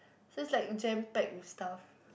so is like jam packed with stuff